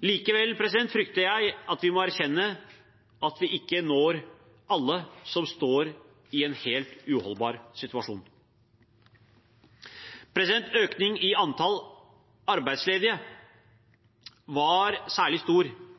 Likevel frykter jeg at vi må erkjenne at vi ikke når alle som står i en helt uholdbar situasjon. Økningen i antall arbeidsledige var særlig stor